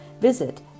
visit